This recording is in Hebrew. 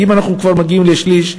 כי אם אנחנו כבר מגיעים לשליש,